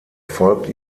folgt